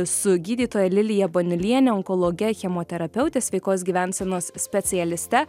su gydytoja lilija baniuliene onkologe chemoterapeute sveikos gyvensenos specialiste